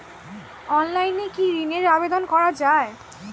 অনলাইনে কি ঋণের আবেদন করা যায়?